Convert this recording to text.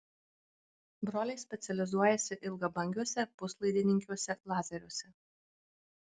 broliai specializuojasi ilgabangiuose puslaidininkiniuose lazeriuose